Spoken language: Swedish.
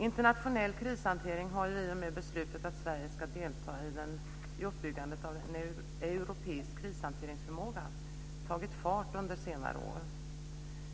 Internationell krishantering har i och med beslutet att Sverige ska delta i uppbyggnaden av en europeisk krishanteringsstyrka tagit fart under senare år.